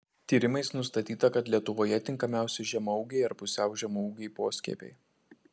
tyrimais nustatyta kad lietuvoje tinkamiausi žemaūgiai ir pusiau žemaūgiai poskiepiai